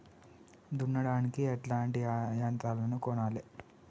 దున్నడానికి ఎట్లాంటి యంత్రాలను కొనాలే?